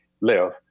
live